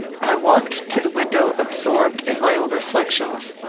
i walked to the window absorbed in my own reflections.